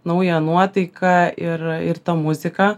naują nuotaiką ir ir ta muzika